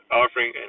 offering